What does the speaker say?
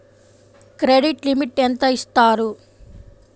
Credit limit ఎంత ఇస్తారు?